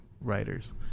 writers